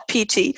PT